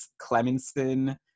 clemenson